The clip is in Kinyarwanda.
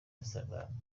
instagram